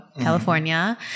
California